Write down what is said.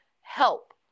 help